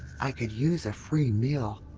i could use a free meal.